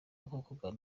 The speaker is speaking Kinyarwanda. agakoko